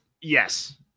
Yes